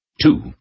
Two